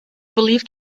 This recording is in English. believed